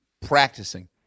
practicing